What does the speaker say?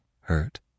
hurt